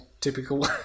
typical